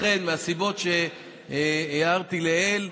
לכן מהסיבות שהזכרתי לעיל,